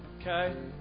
Okay